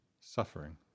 suffering